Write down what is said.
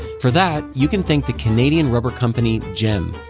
for that, you can thank the canadian rubber company, jem.